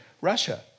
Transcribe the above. Russia